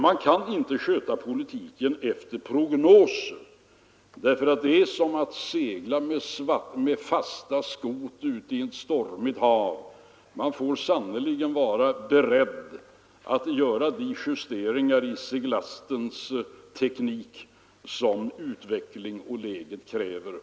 Man kan inte sköta politiken efter prognoser. Det är som att segla med fasta skot på ett stormigt hav. Man får sannerligen vara beredd att göra de justeringar av seglatsens teknik som utvecklingen och läget kräver.